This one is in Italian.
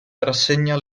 rassegna